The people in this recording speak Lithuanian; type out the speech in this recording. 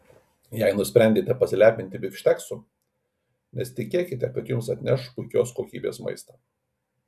jei nusprendėte pasilepinti bifšteksu nesitikėkite kad jums atneš puikios kokybės maistą